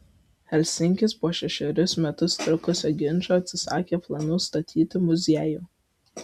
helsinkis po šešerius metus trukusio ginčo atsisakė planų statyti muziejų